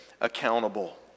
accountable